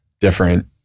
different